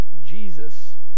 jesus